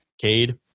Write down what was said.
Cade